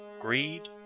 Greed